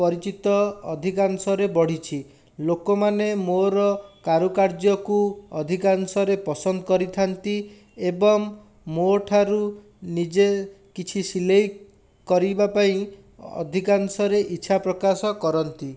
ପରିଚିତ ଅଧିକାଂଶରେ ବଢ଼ିଛି ଲୋକମାନେ ମୋର କାରୁକାର୍ଯ୍ୟକୁ ଅଧିକାଂଶରେ ପସନ୍ଦ କରିଥାନ୍ତି ଏବଂ ମୋ ଠାରୁ ନିଜେ କିଛି ସିଲେଇ କରିବାପାଇଁ ଅଧିକାଂଶରେ ଇଛା ପ୍ରକାଶ କରନ୍ତି